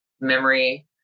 memory